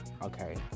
Okay